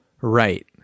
Right